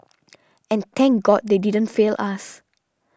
and thank God they didn't fail us